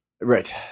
Right